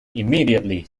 immediately